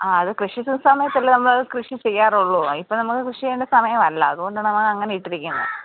ആ അത് കൃഷി സ് സമയത്തല്ലേ നമ്മള് കൃഷി ചെയ്യാറുള്ളൂ അതിപ്പം നമ്മള് കൃഷി ചെയ്യണ്ട സമയമല്ല അതുകൊണ്ടാണത് അങ്ങനെ ഇട്ടിരിക്കുന്നത്